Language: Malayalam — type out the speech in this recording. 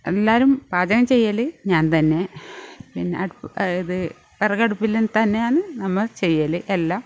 എല്ലാവരും പാചകം ചെയ്യൽ ഞാൻ തന്നെ പിന്നെ അത് വിറക് അടുപ്പിൽ തന്നെയാന്ന് നമ്മൾ ചെയ്യൽ എല്ലാം